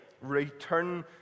Return